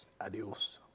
Adios